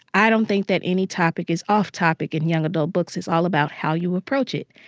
i don't think that any topic is off topic in young adult books, it's all about how you approach it.